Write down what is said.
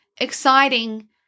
exciting